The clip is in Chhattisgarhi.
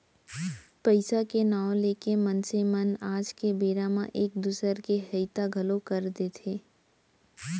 पइसा के नांव लेके मनसे मन आज के बेरा म एक दूसर के हइता घलौ कर देथे